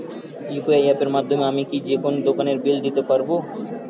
UPI অ্যাপের মাধ্যমে আমি কি যেকোনো দোকানের বিল দিতে পারবো?